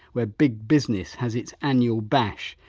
where big business has its annual bash.